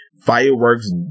fireworks